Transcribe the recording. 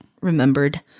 remembered